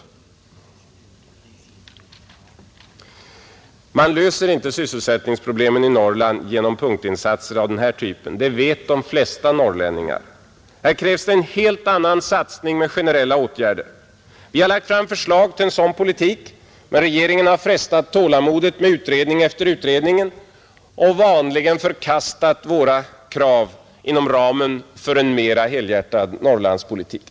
Man löser inte sysselsättningsproblemen i Norrland genom punktinsatser av den här typen — det vet de flesta norrlänningar. Här krävs en helt annan satsning med generella åtgärder. Folkpartiet har lagt fram förslag till en sådan politik, men den socialdemokratiska regeringen har frestat tålamodet med utredning efter utredning och vanligen förkastat våra krav om en mer helhjärtad Norrlandspolitik.